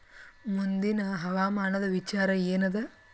ಮುಂದಿನ ಹವಾಮಾನದ ವಿಚಾರ ಏನದ?